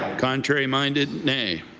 contrary-minded, nay?